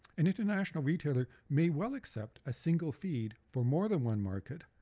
an international retailer may well accept a single feed for more than one market.